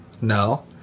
No